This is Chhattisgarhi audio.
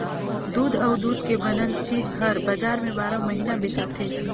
दूद अउ दूद के बनल चीज हर बजार में बारो महिना बेचाथे